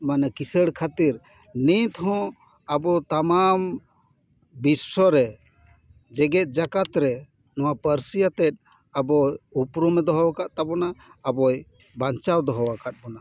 ᱢᱟᱱᱮ ᱠᱤᱥᱟᱹᱲ ᱠᱷᱟᱹᱛᱤᱨ ᱱᱤᱛᱦᱚᱸ ᱟᱵᱚ ᱛᱟᱢᱟᱢ ᱵᱤᱥᱥᱚ ᱨᱮ ᱜᱮᱡᱮᱛ ᱡᱟᱠᱟᱛ ᱨᱮ ᱱᱚᱣᱟ ᱯᱟᱹᱨᱥᱤ ᱟᱛᱮᱫ ᱟᱵᱚ ᱩᱯᱨᱩᱢᱮ ᱫᱚᱦᱚ ᱟᱠᱟᱫ ᱛᱟᱵᱚᱱᱟ ᱟᱵᱚᱭ ᱵᱟᱧᱪᱟᱣ ᱫᱚᱦᱚ ᱟᱠᱟᱫ ᱵᱚᱱᱟ